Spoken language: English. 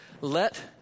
let